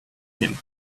him